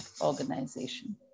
organization